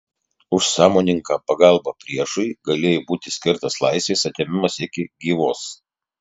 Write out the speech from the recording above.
už sąmoningą pagalbą priešui galėjo būti skirtas laisvės atėmimas iki gyvos